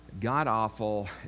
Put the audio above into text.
God-awful